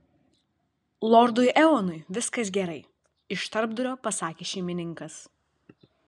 lordui eonui viskas gerai iš tarpdurio pasakė šeimininkas